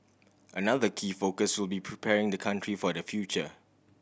another key focus will be preparing the country for the future